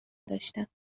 داشتم